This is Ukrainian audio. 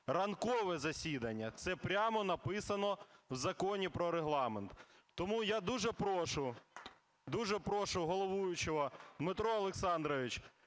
ранкове засідання". Це прямо написано в Законі про Регламент. Тому я дуже прошу, дуже прошу головуючого, Дмитро Олександрович,